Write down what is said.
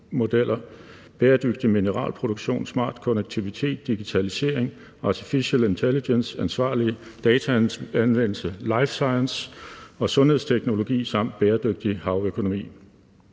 bæredygtig mineralproduktion, smart konnektivitet, digitalisering, artificial intelligence, ansvarlig dataanvendelse, life science og sundhedsteknologi samt bæredygtig havøkonomi.